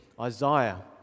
Isaiah